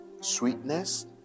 sweetness